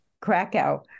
Krakow